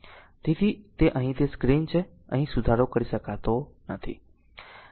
તેથી અહીં તે સ્ક્રીન છે અહીં સુધારો કરી શકાતો નથી